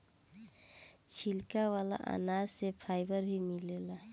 छिलका वाला अनाज से फाइबर भी मिलेला